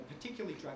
particularly